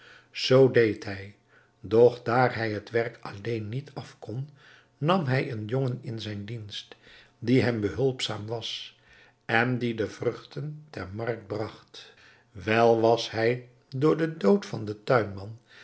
zoo deed hij doch daar hij het werk alleen niet af kon nam hij een jongen in zijn dienst die hem behulpzaam was en die de vruchten ter markt bracht wel was hij door den dood van den tuinman